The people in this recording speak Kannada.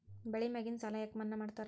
ಬೆಳಿ ಮ್ಯಾಗಿನ ಸಾಲ ಯಾಕ ಮನ್ನಾ ಮಾಡ್ತಾರ?